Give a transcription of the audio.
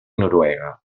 noruega